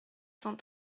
cent